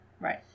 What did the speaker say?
right